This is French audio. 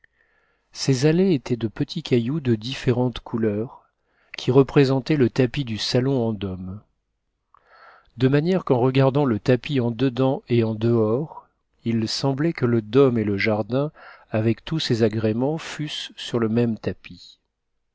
ses allées étaient de petits cailloux de dinërentes couleurs qui représentaient le tapis du salon en dôme de manière qu'en regardant le tapis en dedans et en dehors il semblait que e dôme et le jardin avec tous ses agréments fussent sur le même tapis